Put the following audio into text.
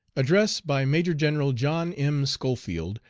address by major-general john m. schofield,